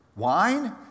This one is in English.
Wine